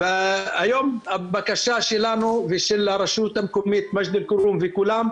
היום הבקשה שלנו ושל הרשות המקומית מג'ד אל כרום וכולם,